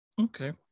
Okay